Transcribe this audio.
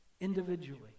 individually